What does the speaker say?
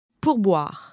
pourboire